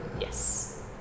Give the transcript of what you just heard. yes